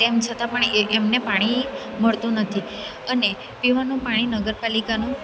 તેમ છતાં પણ એ એમને પાણી મળતું નથી અને પીવાનું પાણી નગરપાલિકાનું